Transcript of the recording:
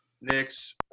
Knicks